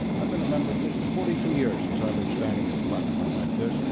i've been a member. this is forty two years since i've been standing in a platform like this,